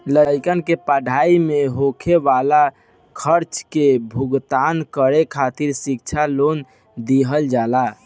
लइकन के पढ़ाई में होखे वाला खर्चा के भुगतान करे खातिर शिक्षा लोन दिहल जाला